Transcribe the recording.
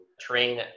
train